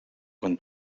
quan